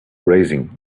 raising